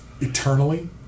eternally